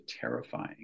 terrifying